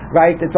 right